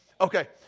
Okay